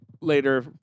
later